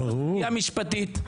יש פה קביעה משפטית.